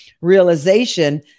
realization